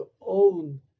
own